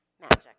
magic